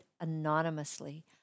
anonymously